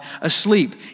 asleep